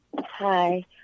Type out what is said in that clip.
Hi